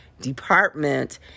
department